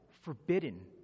forbidden